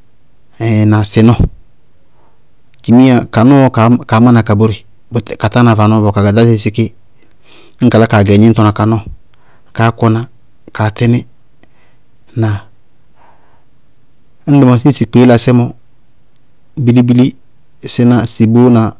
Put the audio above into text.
na sɩnɔɔ. Dzimiya, ka nɔɔɔ kaá mána ka bóre, ka tána vanɔɔ bɔɔ, ka gaɖásɛ síké. Ñŋ ka lá kaa gɛ gníñtɔ na ka nɔɔ, káá kɔná, kaá tɩní, ŋnáa? Ñŋ dɩ mɔsí ŋsɩ kpeélaásɛ mɔ. bili bili, síná sɩ bóóna.